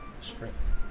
strength